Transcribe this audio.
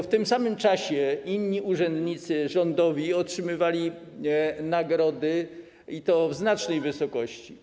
W tym samym czasie inni urzędnicy rządowi otrzymywali nagrody i to o znacznej wysokości.